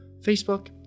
Facebook